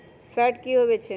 Fat की होवछै?